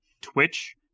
Twitch